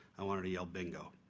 i wanted to yell bingo.